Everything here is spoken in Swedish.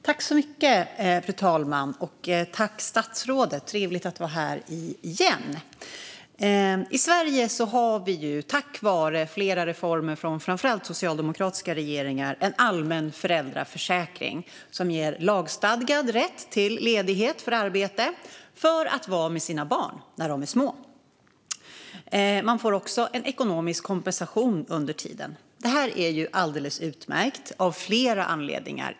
Fru talman! Tack, statsrådet, för svaret! Det är trevligt att vara här igen. I Sverige har vi tack vare flera reformer, framför allt från socialdemokratiska regeringar, en allmän föräldraförsäkring som ger lagstadgad rätt till ledighet från arbete för att man ska kunna vara med sina barn när de är små. Man får också en ekonomisk kompensation under tiden. Detta är alldeles utmärkt, av flera anledningar.